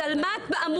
אז על מה את אמונה?